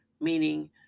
Meaning